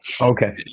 Okay